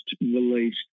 released